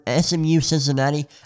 SMU-Cincinnati